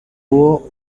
uwo